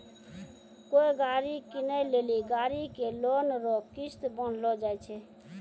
कोय गाड़ी कीनै लेली गाड़ी के लोन रो किस्त बान्हलो जाय छै